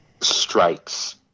strikes